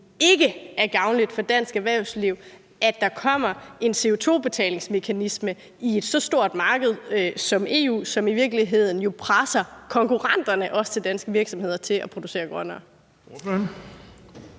ikke er gavnligt for dansk erhvervsliv, at der i et så stort marked som EU kommer en CO2-betalingsmekanisme, som jo i virkeligheden også presser konkurrenterne til danske virksomheder til at producere grønnere.